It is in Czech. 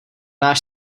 náš